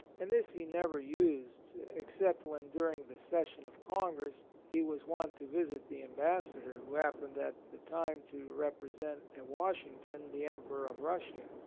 and this he never used except when during the session of congress, he was wont to visit the ambassador who happened at the time to represent at washington the emperor of russia.